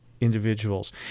individuals